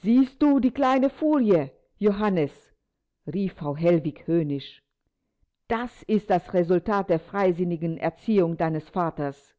siehst du die kleine furie johannes rief frau hellwig höhnisch das ist das resultat der freisinnigen erziehung deines vaters